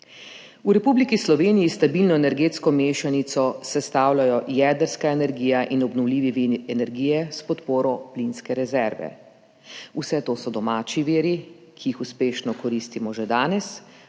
V Republiki Sloveniji stabilno energetsko mešanico sestavljajo jedrska energija in obnovljivi viri energije s podporo plinske rezerve. Vse to so domači viri, ki jih uspešno koristimo že danes,